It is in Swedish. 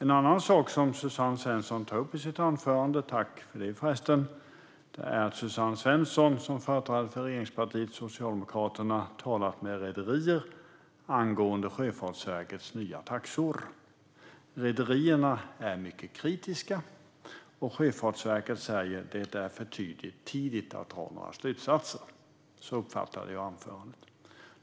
En annan sak som Suzanne Svensson tar upp i sitt anförande - tack för det, förresten - är att hon som företrädare för regeringspartiet Socialdemokraterna har talat med rederier angående Sjöfartsverkets nya taxor. Rederierna är mycket kritiska, och Sjöfartsverket säger att det är för tidigt att dra några slutsatser. Så uppfattade jag anförandet.